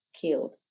killed